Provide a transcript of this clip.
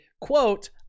quote